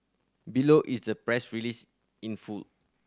below is the press release in full